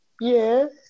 Yes